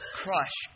crush